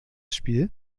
spiel